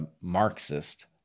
Marxist